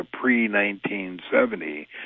pre-1970